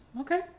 Okay